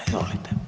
Izvolite.